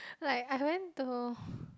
like I went to